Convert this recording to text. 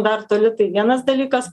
dar tai vienas dalykas